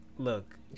Look